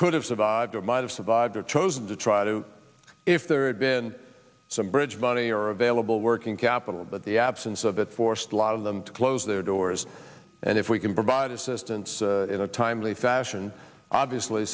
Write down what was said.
could have survived or might have survived or chosen to try to if there had been some bridge money or available working capital but the absence of it forced a lot of them to close their doors and if we can provide assistance in a timely fashion obviously